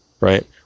right